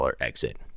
exit